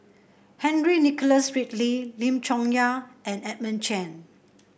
Henry Nicholas Ridley Lim Chong Yah and Edmund Chen